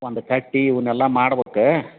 ಒಂದು ಕಟ್ಟೆ ಇವನ್ನೆಲ್ಲ ಮಾಡ್ಬೇಕ